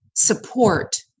Support